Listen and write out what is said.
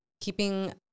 keeping